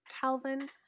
Calvin